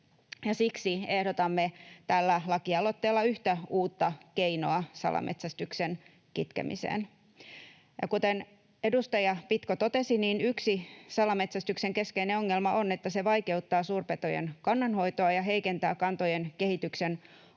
siksi ehdotamme tällä lakialoitteella yhtä uutta keinoa salametsästyksen kitkemiseen. Kuten edustaja Pitko totesi, yksi salametsästyksen keskeinen ongelma on, että se vaikeuttaa suurpetojen kannanhoitoa ja heikentää kantojen kehityksen